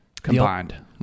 Combined